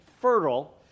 fertile